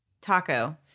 Taco